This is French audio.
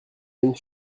une